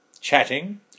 chatting